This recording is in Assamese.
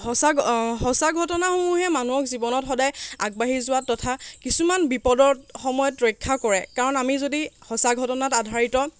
সঁচা সঁচা ঘটনাসমূহে মানুহক জীৱনত সদায় আগবাঢ়ি যোৱাত তথা কিছুমান বিপদত সময়ত ৰক্ষা কৰে কাৰণ আমি যদি সঁচা ঘটনাত আধাৰিত